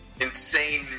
insane